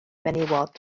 menywod